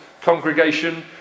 congregation